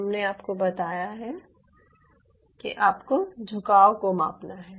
हमने आपको बताया है कि आपको झुकाव को मापना है